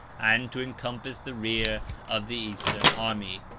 and to encompass the rear of the eastern army.